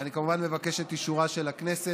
אני כמובן מבקש את אישורה של הכנסת.